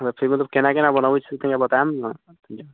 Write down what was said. फिर मतलब कोना कोना बनबै छी कनिटा बताएब ने